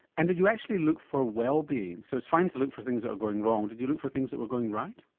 and did you actually look for wellbeing? so it's fine to look for things that are going wrong, did you look for things that were going right?